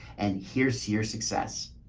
and here's your success.